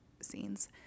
scenes